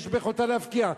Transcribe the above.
יש ביכולתה להפקיע,